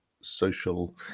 social